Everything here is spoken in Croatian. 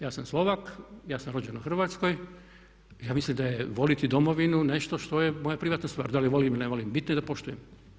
Ja sam Slovak, ja sam rođen u Hrvatskoj, ja mislim da je voliti Domovinu nešto što je moja privatna stvar, da li volim, ne volim, bitno je da poštujem.